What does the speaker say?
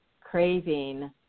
craving